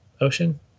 ocean